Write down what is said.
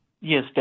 Yes